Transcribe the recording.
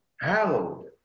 Hallowed